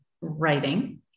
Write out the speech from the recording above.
writing